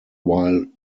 while